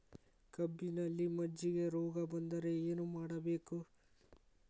ಕಬ್ಬಿನಲ್ಲಿ ಮಜ್ಜಿಗೆ ರೋಗ ಬಂದರೆ ಏನು ಮಾಡಬೇಕು?